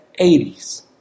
80s